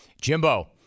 Jimbo